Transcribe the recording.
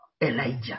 Elijah